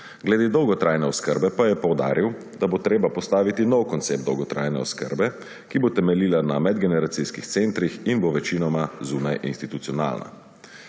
Glede dolgotrajne oskrbe pa je poudaril, da bo treba postaviti nov koncept dolgotrajne oskrbe, ki bo temeljila na medgeneracijskih centrih in bo večinoma zunajinstitucionalna.